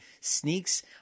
sneaks